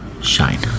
shine